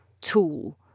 tool